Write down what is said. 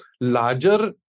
larger